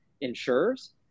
insurers